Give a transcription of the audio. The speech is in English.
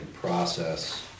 process